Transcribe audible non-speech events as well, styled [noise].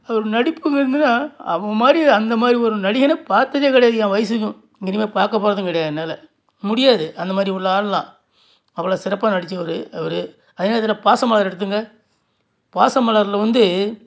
அவரு நடிப்புக்கு [unintelligible] அவன் மாதிரி அந்த மாதிரி ஒரு நடிகனை பார்த்ததே கிடையாது என் வயசுக்கும் இனிமேல் பார்க்க போறதும் கிடையாது என்னால் முடியாது அந்த மாதிரி உள்ள ஆளெலாம் அவ்வளோ சிறப்பாக நடிச்சவர் அவரு அதே இதில் பாசமலர் எடுத்துகோங்க பாசமலரில் வந்து